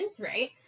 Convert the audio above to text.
right